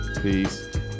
Peace